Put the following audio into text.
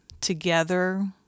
together